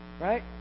right